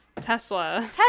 Tesla